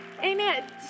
Amen